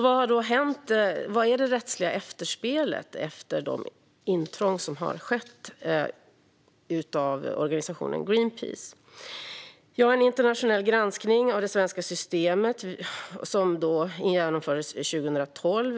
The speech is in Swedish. Vad har då hänt när det gäller det rättsliga efterspelet efter de intrång som har gjorts av organisationen Greenpeace? En internationell granskning av det svenska systemet genomfördes 2012.